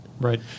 right